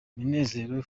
munezero